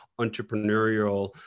entrepreneurial